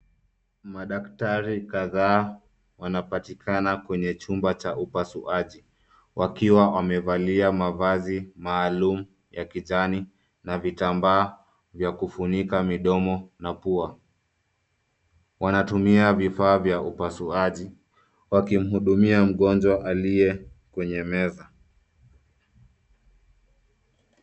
Madaktari kadhaa wanapatikana kwenye chumba cha upasuaji wakiwa wamevalia mavazi maalum ya kijani na vitambaa vya kufunika midomo na pua. Wanatumia vifaa vya upasuaji wakimhudumia mgonjwa aliye kwenye meza.